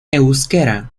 euskera